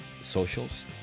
socials